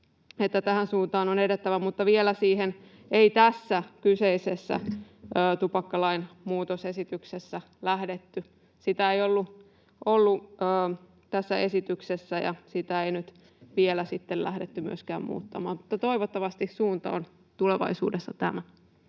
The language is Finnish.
tähän suuntaan on edettävä. Mutta vielä siihen ei tässä kyseisessä tupakkalain muutosesityksessä lähdetty. Sitä ei ollut tässä esityksessä, ja sitä ei nyt vielä sitten lähdetty myöskään muuttamaan, mutta toivottavasti suunta on tulevaisuudessa tämä.